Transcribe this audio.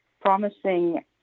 promising